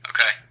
Okay